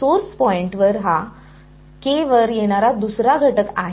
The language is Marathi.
सोर्स पॉइंट हा वर येणारा दुसरा घटक आहे